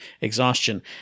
exhaustion